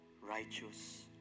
righteous